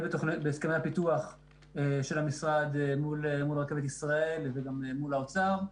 בהסכמי הפיתוח של המשרד מול רכבת ישראל וגם מול האוצר.